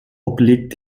obliegt